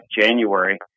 January